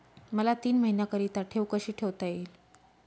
मला तीन महिन्याकरिता ठेव कशी ठेवता येईल?